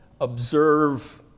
observe